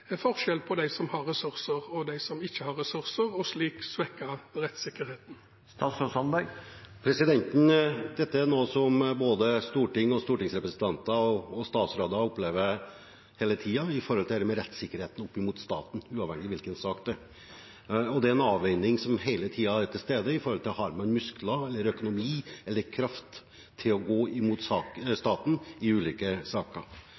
forskjell mellom dem som har ressurser, og dem som ikke har ressurser, og at rettssikkerheten slik kan bli svekket? Dette er noe som både storting, stortingsrepresentanter og statsråder opplever hele tiden – forholdet mellom rettssikkerheten opp mot staten, uavhengig av hvilken sak det gjelder. Det er en avveining som hele tiden er til stede – har man muskler, økonomi eller kraft til å gå imot staten i ulike saker.